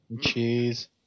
Cheese